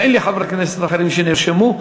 ואין לי חברי כנסת אחרים שנרשמו.